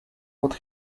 what